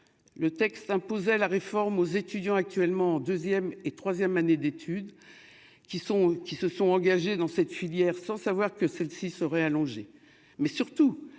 le texte imposait la réforme aux étudiants, actuellement deuxième et troisième années d'études qui sont, qui se sont engagés dans cette filière, sans savoir que celle-ci serait allongée